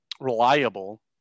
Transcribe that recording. reliable